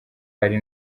hari